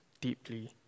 deeply